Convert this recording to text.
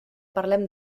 parlem